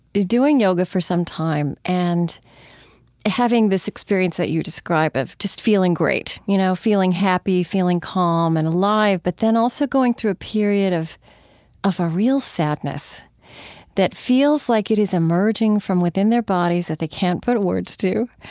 doing yoga for some time and having this experience that you describe of just feeling great, you know, feeling happy, feeling calm and alive, but then also going through a period of of a real sadness that feels like it is emerging from within their bodies that they can't put words to.